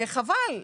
וחבל,